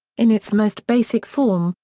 in its most basic form,